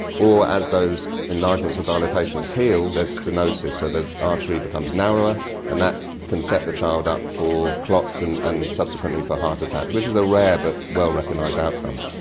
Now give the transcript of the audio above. or, as those enlargements or dilatations heal there's stenosis, so the artery becomes narrower and that can set the child up for clots and and subsequently for heart attacks, which is a rare but well-recognised outcome.